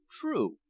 True